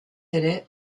ere